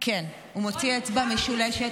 כן, הוא מוציא אצבע משולשת.